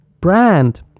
brand